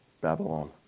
Babylon